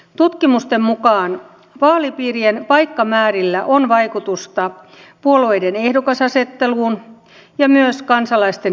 tutkimusten mukaan vaalipiirien paikkamäärillä on vaikutusta puolueiden ehdokasasetteluun ja myös kansalaisten äänestyskäyttäytymiseen